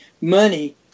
money